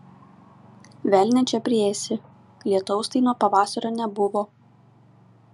velnią čia priėsi lietaus tai nuo pavasario nebuvo